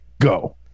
Go